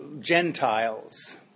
Gentiles